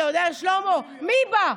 אתה יודע, שלמה, מי בא?